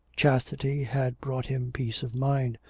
chastity had brought him peace of mind,